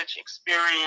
experience